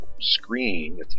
screen